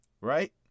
Right